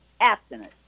abstinence